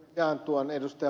jaan tuon ed